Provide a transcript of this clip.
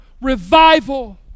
revival